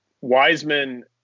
Wiseman